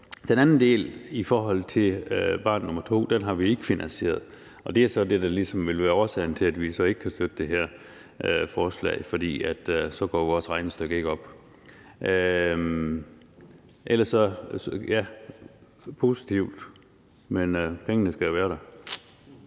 den anden del i forhold til barn nr. 2 har vi ikke finansieret, og det er så det, der ligesom vil være årsagen til, at vi ikke kan støtte det her forslag. For så går vores regnestykke ikke op. Ellers er vi positive, men pengene skal jo være der.